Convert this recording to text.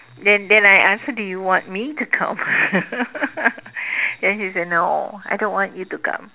then then I asked her do you want me to come then she said no I don't want you to come